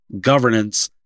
governance